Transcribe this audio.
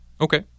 Okay